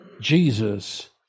Jesus